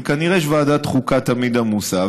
וכנראה שוועדת חוקה תמיד עמוסה,